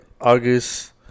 August